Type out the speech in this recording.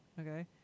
okay